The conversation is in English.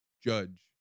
judge